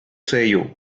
sello